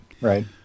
right